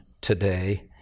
today